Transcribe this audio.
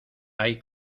hay